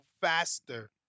faster